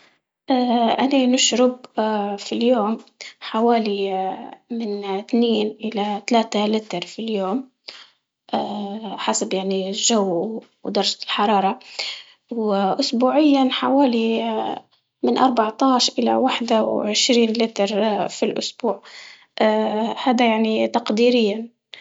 اه انا في اليوم حوالي اه من اثنين إلى ثلاثة لتر في اليوم، اه حسب يعني الجو ودرجة الحرارة، وأسبوعياً حوالي اه من أربعتاش إلى وحدة وعشرين لتر اه في الأسبوع، اه هذا يعني تقديرية